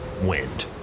wind